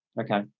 Okay